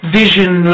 vision